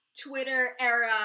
Twitter-era